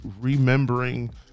remembering